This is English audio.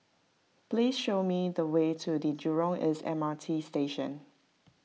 please show me the way to the Jurong East M R T Station